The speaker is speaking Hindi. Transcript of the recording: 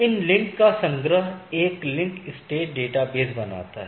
इन लिंक का संग्रह एक लिंक स्टेट डेटाबेस बनाता है